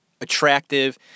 attractive